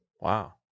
wow